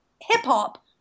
hip-hop